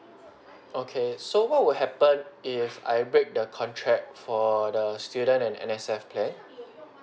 okay so what would happen if I break the contract for the student and N_S_F plan